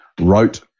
wrote